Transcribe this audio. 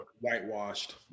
whitewashed